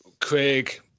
Craig